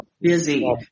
Busy